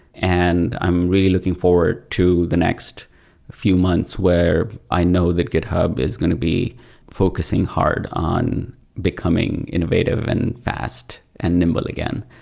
and i'm really looking forward to the next few months where i know that gethub is going to be focusing hard on becoming innovative and fast and nimble again.